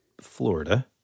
Florida